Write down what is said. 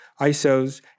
ISOs